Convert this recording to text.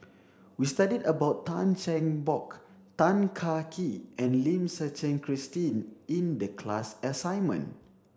we studied about Tan Cheng Bock Tan Kah Kee and Lim Suchen Christine in the class assignment